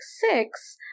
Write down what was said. six